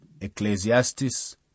Ecclesiastes